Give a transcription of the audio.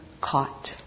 caught